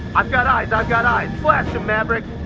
i've got eyes, i've got eyes blast them maverick.